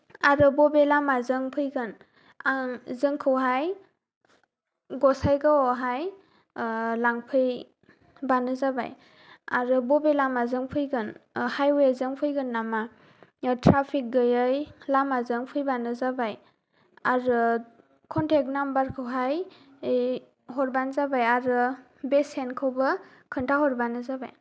आरो बबे लामाजों फैगोन आं जोंखौहाय गसाइगावयावहाय ओ लांफैबानो जाबाय आरो बबे लामाजों फैगोन हाइवेजों फैगोन नामा बेयाव ट्राफिक गैयै लामाजों फैबानो जाबाय आरो कन्टेक नाम्बारखौहाय हरबानो जाबाय आरो बेसेनखौबो खोन्थाहरबानो जाबाय